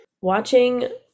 watching